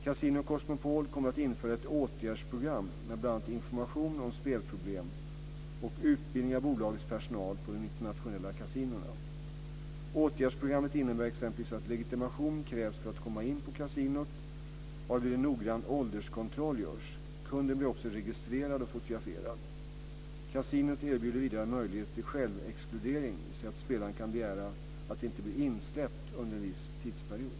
Casino Cosmopol kommer att införa ett åtgärdsprogram med bl.a. information om spelproblem och utbildning av bolagets personal på de internationella kasinona. Åtgärdsprogrammet innebär exempelvis att legitimation krävs för att få komma in på kasinot, varvid en noggrann ålderskontroll görs. Kunden blir också registrerad och fotograferad. Kasinot erbjuder vidare möjlighet till självexkludering, dvs. att spelaren kan begära att inte bli insläppt under en viss tidsperiod.